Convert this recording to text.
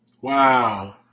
Wow